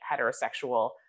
heterosexual